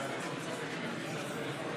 אני קובע שהודעת